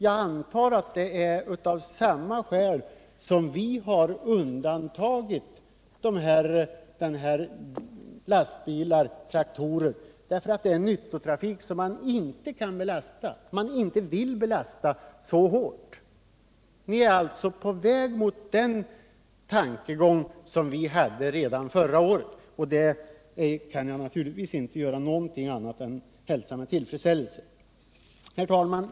Jag antar att det är av samma skäl som vi har undantagit lastbilar och traktorer, dvs. därför att de svarar för nyttotrafik som man inte vill belasta så hårt. Ni är alltså på väg mot den tankegång som vi hade redan förra året, och det kan jag naturligtvis inte hälsa med annat än tillfredsställelse. Herr talman!